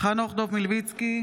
חנוך דב מלביצקי,